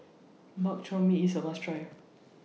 Bak Chor Mee IS A must Try